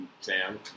Sam